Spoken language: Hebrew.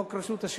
חוק רשות השידור.